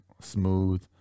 smooth